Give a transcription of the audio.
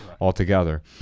altogether